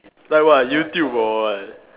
like what YouTube or what